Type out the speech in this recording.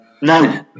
No